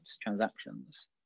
transactions